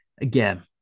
Again